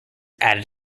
added